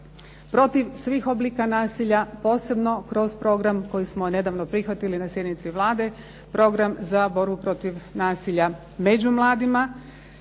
protiv svih oblika nasilja, posebno kroz program koji smo nedavno prihvatili na sjednici Vlade, program protiv nasilja među mladima.